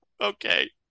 Okay